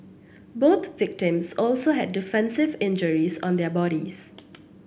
both victims also had defensive injuries on their bodies